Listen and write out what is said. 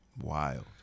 wild